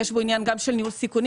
יש בו גם עניין של ניהול סיכונים.